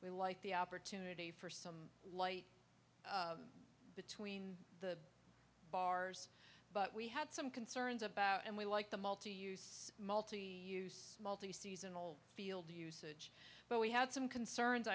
we liked the opportunity for some light between the bars but we had some concerns about and we liked the multi use multi multi seasonal field usage but we had some concerns